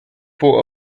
for